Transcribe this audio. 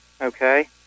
Okay